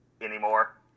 anymore